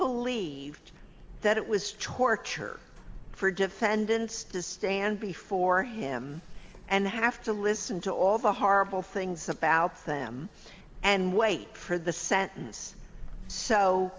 believed that it was torture for defendants to stand before him and have to listen to all the horrible things about them and wait for the sentence so